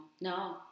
No